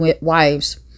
wives